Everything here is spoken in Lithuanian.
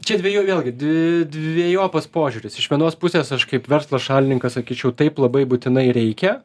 čia dveju vėlgi dve dvejopas požiūris iš vienos pusės aš kaip verslo šalininkas sakyčiau taip labai būtinai reikia